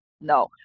no